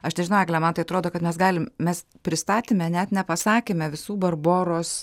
aš nežinau egle man tai atrodo kad mes galim mes pristatyme net nepasakėme visų barboros